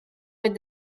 with